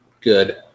good